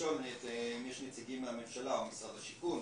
האם יש נציגים מהממשלה או ממשרד השיכון,